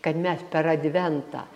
kad mes per adventą